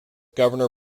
governor